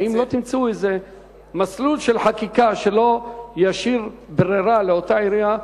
האם לא תמצאו מסלול של חקיקה שלא ישאיר ברירה לאותה עירייה,